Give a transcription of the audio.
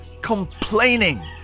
complaining